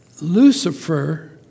Lucifer